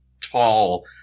tall